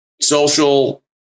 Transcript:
social